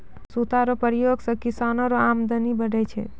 सूता रो प्रयोग से किसानो रो अमदनी बढ़ै छै